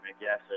Yes